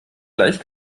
gleich